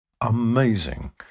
amazing